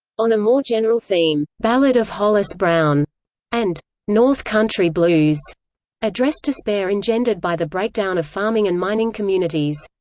on a more general theme, ballad of hollis brown and north country blues addressed despair engendered by the breakdown of farming and mining communities.